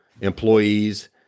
employees